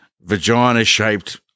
vagina-shaped